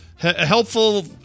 helpful